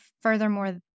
furthermore